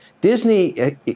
Disney